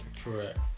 Correct